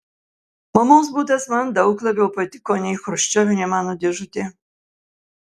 mamos butas man daug labiau patiko nei chruščiovinė mano dėžutė